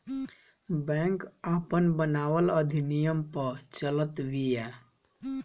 bank आपन बनावल अधिनियम पअ चलत बिया